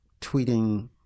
tweeting